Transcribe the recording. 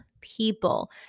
people